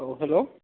औ हेल'